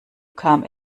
kam